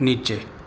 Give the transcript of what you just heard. નીચે